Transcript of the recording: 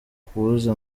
kubuza